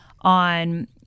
on